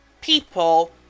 people